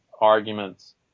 arguments